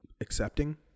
accepting